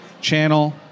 channel